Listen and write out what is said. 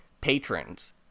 patrons